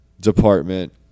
department